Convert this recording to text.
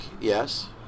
yes